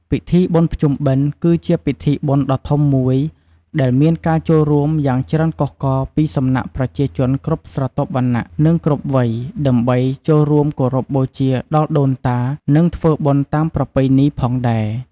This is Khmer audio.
ពិធីបុណ្យភ្ជុំបិណ្ឌគឺជាពិធីបុណ្យដ៏ធំមួយ ដែលមានការចូលរួមយ៉ាងច្រើនកុះករពីសំណាក់ប្រជាជនគ្រប់ស្រទាប់វណ្ណៈ និងគ្រប់វ័យដើម្បីចូលរួមគោរពបូជាដល់ដូនតា និងធ្វើបុណ្យតាមប្រពៃណីផងដែរ។